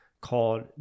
called